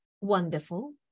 wonderful